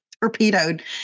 torpedoed